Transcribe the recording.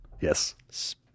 Yes